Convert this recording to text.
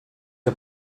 are